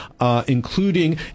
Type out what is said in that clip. including